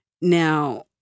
Now